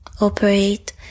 operate